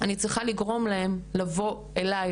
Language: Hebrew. אני צריכה לגרום להן לבוא אליי,